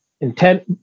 intent